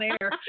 air